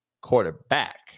quarterback